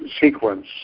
sequence